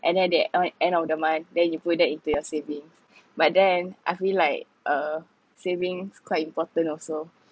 and then at the end of the month then you put that into your saving but then I feel like uh savings quite important also